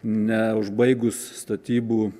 neužbaigus statybų